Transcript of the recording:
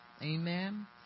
Amen